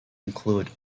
include